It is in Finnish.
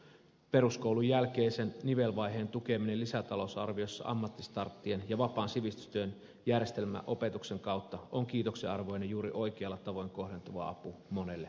peruskoulun jälkeisen nivelvaiheen tukeminen lisätalousarviossa ammattistarttien ja vapaan sivistystyön järjestämän opetuksen kautta on kiitoksen arvoinen juuri oikealla tavoin kohdentuva apu monelle nuorelle